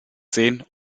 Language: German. sehen